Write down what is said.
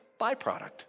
byproduct